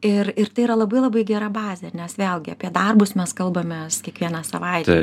ir ir tai yra labai labai gera bazė ir nes vėlgi apie darbus mes kalbame kiekvieną savaitę